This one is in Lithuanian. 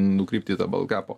nukrypt į tą baltkepo